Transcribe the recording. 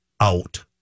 out